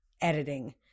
editing